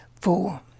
four